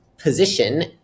position